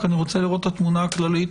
כי אני רוצה לראות את התמונה הכללית.